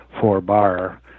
four-bar